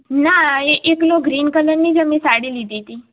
ના એકલો ગ્રીન કલરની જ અમે સાડી લીધી હતી